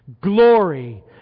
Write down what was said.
Glory